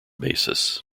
basis